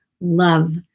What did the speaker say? Love